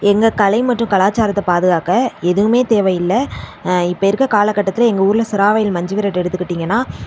எங்கள் கலை மற்றும் கலாச்சாரத்தை பாதுகாக்க எதுவும் தேவையில்லை இப்போ இருக்க காலகட்டத்தில் எங்கள் ஊரில் மஞ்சு விரட்டு எடுத்துகிட்டீங்கனா